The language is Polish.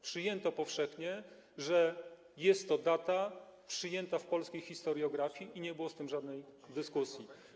Przyjęto powszechnie, że jest to data przyjęta w polskiej historiografii, i nie było na ten temat żadnej dyskusji.